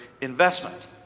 investment